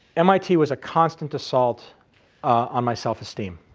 mit was a constant assault on my self-esteem,